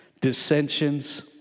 dissensions